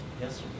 Yes